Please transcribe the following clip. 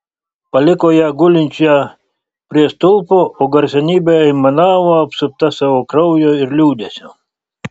paliko ją gulinčią prie stulpo o garsenybė aimanavo apsupta savo kraujo ir liūdesio